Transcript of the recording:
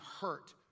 hurt